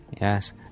Yes